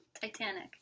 Titanic